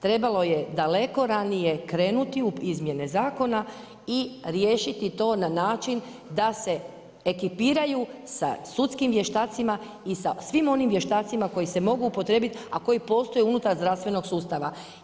Trebalo je daleko ranije krenuti u izmjene zakona i riješiti to na način da se ekipiraju sa sudskim vještacima i sa svim onim vještacima koji se mogu upotrijebiti, a koji postoje unutar zdravstvenog sustava.